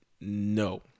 no